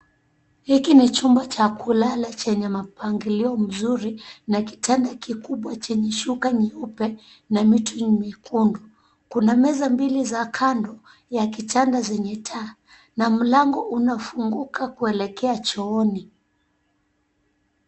Hiki ni chumba cha kulala chenye mapangilio mzuri na kitanda kikubwa chenye shuka nyeupe na mito miekundu. Kuna meza mbili za kando ya kitanda zenye taa na mlango unaofunguka kuelekea chooni.